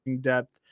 depth